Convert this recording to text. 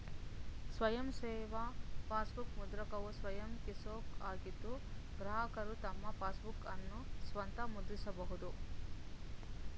ಸ್ವಯಂ ಸೇವಾ ಪಾಸ್ಬುಕ್ ಮುದ್ರಕವು ಸ್ವಯಂ ಕಿಯೋಸ್ಕ್ ಆಗಿದ್ದು ಗ್ರಾಹಕರು ತಮ್ಮ ಪಾಸ್ಬುಕ್ಅನ್ನ ಸ್ವಂತ ಮುದ್ರಿಸಬಹುದು